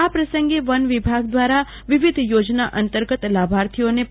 આ પ્રસંગે વન વિભાગ દ્વારા વિવિધ યોજના અંતર્ગત લાભાર્થીઓને રૂ